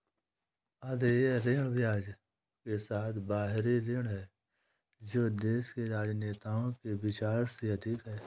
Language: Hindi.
अदेय ऋण ब्याज के साथ बाहरी ऋण है जो देश के राजनेताओं के विचार से अधिक है